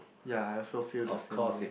ya I also feel the same way